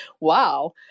wow